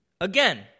Again